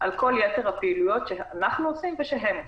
על כל יתר הפעילויות שאנחנו עושים ושהם עושים.